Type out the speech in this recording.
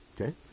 Okay